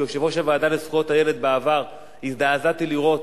כיושב-ראש הוועדה לזכויות הילד בעבר הזדעזעתי לראות